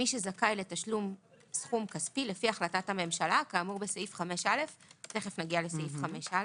מי שזכאי לתשלום סכום כספי לפי החלטת המשלה כאמור בסעיף 5א. יש